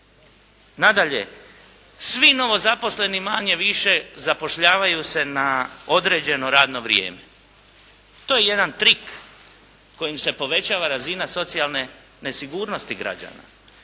Nadalje, svi novozaposleni manje-više zapošljavaju se na određeno radno vrijeme. To je jedan trik kojim se povećava razina socijalne nesigurnosti građana.